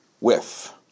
whiff